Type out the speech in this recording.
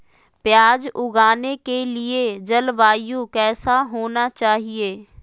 प्याज उगाने के लिए जलवायु कैसा होना चाहिए?